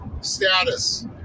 status